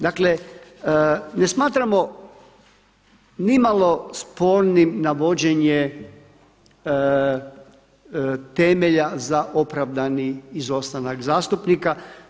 Dakle ne smatramo nimalo spornim navođenje temelja za opravdani izostanak zastupnika.